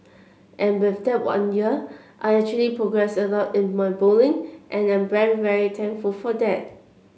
and with that one year I actually progressed a lot in my bowling and I'm very very thankful for that